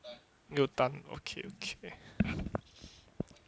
六单 okay okay